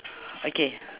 okay